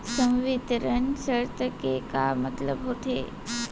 संवितरण शर्त के का मतलब होथे?